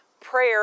prayer